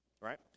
right